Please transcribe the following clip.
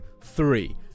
three